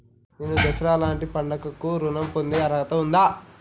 నేను దసరా లాంటి పండుగ కు ఋణం పొందే అర్హత ఉందా?